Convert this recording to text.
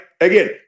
Again